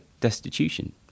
destitution